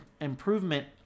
Improvement